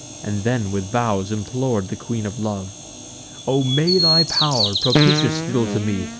and then with vows implor'd the queen of love o may thy pow'r, propitious still to me,